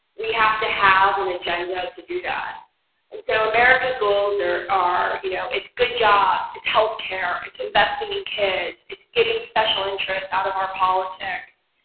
we have to have an agenda to do that and so america's goals are you know it's good jobs, it's health care, it's investing in kids, it's getting special interests out of our politics,